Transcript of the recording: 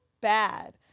bad